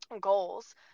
goals